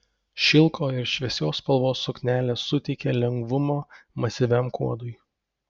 šilko ir šviesios spalvos suknelė suteikia lengvumo masyviam kuodui